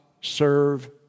serve